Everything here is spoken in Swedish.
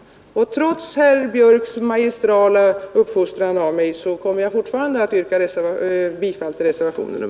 Trots herr Björks försök att uppfostra mig yrkar jag fortfarande bifall till reservationen 1.